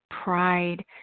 pride